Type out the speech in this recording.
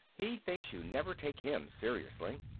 he thinks you never take him seriously.